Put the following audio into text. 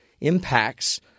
impacts